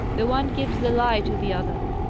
the one gives the lie to the other.